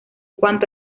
cuanto